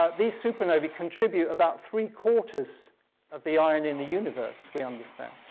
ah these supernovae contribute about three quarters of the iron in the universe, we understand.